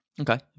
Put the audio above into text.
Okay